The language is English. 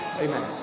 Amen